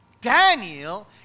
Daniel